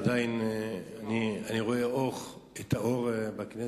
עדיין אני רואה את האור בכנסת,